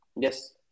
Yes